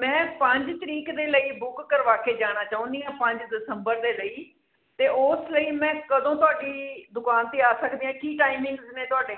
ਮੈਂ ਪੰਜ ਤਰੀਕ ਦੇ ਲਈ ਬੁੱਕ ਕਰਵਾ ਕੇ ਜਾਣਾ ਚਾਹੁੰਦੀ ਹਾਂ ਪੰਜ ਦਸੰਬਰ ਦੇ ਲਈ ਅਤੇ ਉਸ ਲਈ ਮੈਂ ਕਦੋਂ ਤੁਹਾਡੀ ਦੁਕਾਨ 'ਤੇ ਆ ਸਕਦੀ ਹਾਂ ਕੀ ਟਾਈਮਿੰਗਸ ਨੇ ਤੁਹਾਡੇ